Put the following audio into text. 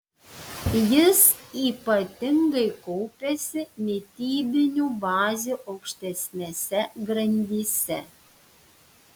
jis ypatingai kaupiasi mitybinių bazių aukštesnėse grandyse